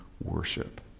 worship